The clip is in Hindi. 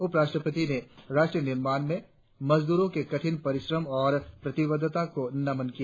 उप राष्ट्रपति ने राष्ट्र निर्माण में मजदूरों के कठिन परिश्रम और प्रतिबद्धता को नमक किया